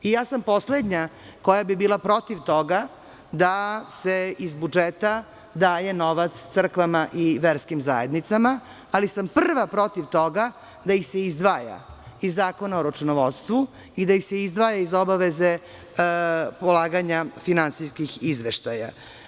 Poslednja sam koja bih bila protiv toga da se iz budžeta daje novac crkvama i verskim zajednicama, ali sam prva protiv toga da se izdvajaju iz Zakona o računovodstvu i da se izdvajaju iz obaveze polaganja finansijskih izveštaja.